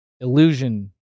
illusion